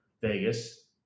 Vegas